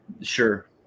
sure